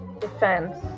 defense